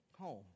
home